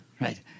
Right